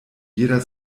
jeder